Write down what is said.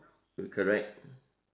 correct